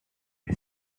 you